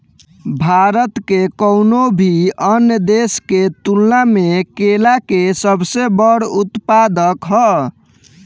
भारत कउनों भी अन्य देश के तुलना में केला के सबसे बड़ उत्पादक ह